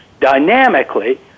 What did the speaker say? dynamically